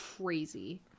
crazy